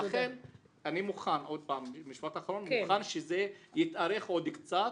לכן אני מוכן שזה יתארך עוד קצת,